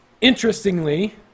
Interestingly